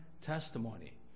testimony